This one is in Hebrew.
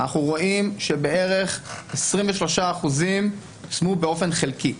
אנחנו רואים שבערך 23% יושמו באופן חלקי.